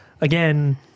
again